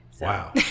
Wow